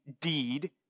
deed